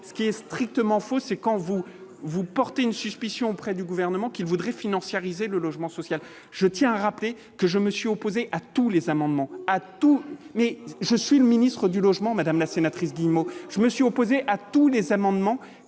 ce qui est strictement faux c'est quand vous vous portez une suspicion auprès du gouvernement qu'il voudrait financiarisé le logement social, je tiens à rappeler que je me suis opposé à tous les amendements à tous mais je suis le ministre du Logement, Madame la sénatrice Guillemot je me suis opposé à tous les amendements